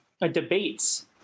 debates